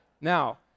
Now